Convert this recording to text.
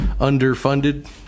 Underfunded